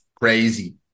crazy